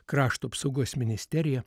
krašto apsaugos ministerija